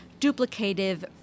duplicative